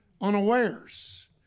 unawares